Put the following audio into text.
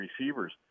receivers